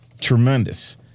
tremendous